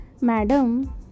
Madam